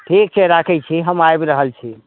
ठीक छै राखै छी हम आबि रहल छी